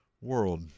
world